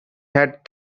had